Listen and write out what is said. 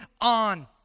on